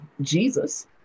Jesus